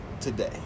today